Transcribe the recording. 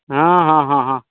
हँ हँ हँ हँ